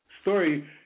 story